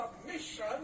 submission